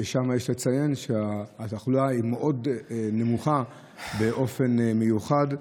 ששם יש לציין שהתחלואה מאוד נמוכה באופן מיוחד,